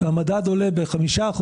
והמדד עולה ב-5%,